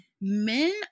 men